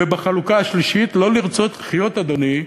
ובחלוקה השלישית, לא לרצות לחיות, אדוני,